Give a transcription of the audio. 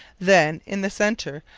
then, in the centre,